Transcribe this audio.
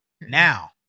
now